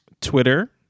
Twitter